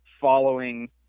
following